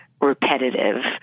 repetitive